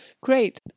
Great